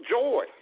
joy